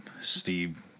Steve